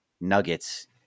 nuggets